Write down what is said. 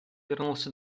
вернулся